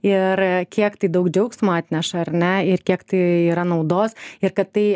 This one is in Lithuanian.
ir kiek tai daug džiaugsmo atneša ar ne ir kiek tai yra naudos ir kad tai